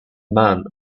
man